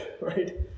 Right